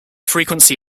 frequency